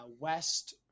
west